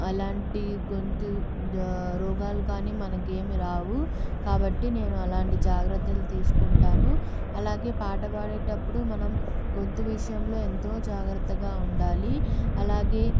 అలాంటి గొంతు రోగాలు కానీ మనకేమి రావు కాబట్టి నేను అలాంటి జాగ్రత్తలు తీసుకుంటాను అలాగే పాట పాడేటప్పుడు మనం గొంతు విషయంలో ఎంతో జాగ్రత్తగా ఉండాలి అలాగే